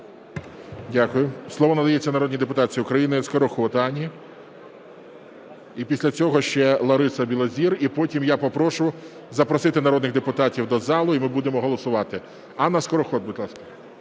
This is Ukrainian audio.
Дякую. Слово надається народній депутатці України Скороход Анні. І після цього ще Лариса Білозір, і потім я попрошу запросити народних депутатів до зали, і ми будемо голосувати. Анна Скороход, будь ласка.